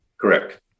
correct